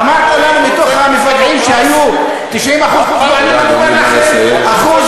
אמרת לנו שמתוך המפגעים שהיו, 90% תודה, אדוני.